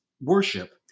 worship